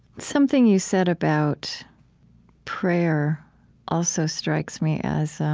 something you said about prayer also strikes me as